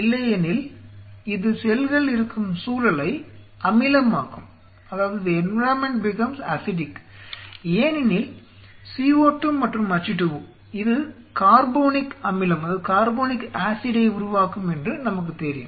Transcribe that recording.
இல்லையெனில் இது செல்கள் இருக்கும் சூழலை அமிலமாக்கும் ஏனெனில் CO2 மற்றும் H2O இது கார்போனிக் அமிலத்தை உருவாக்கும் என்று நமக்குத் தெரியும்